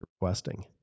requesting